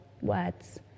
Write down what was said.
words